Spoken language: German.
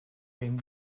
den